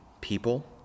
people